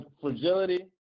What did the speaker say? fragility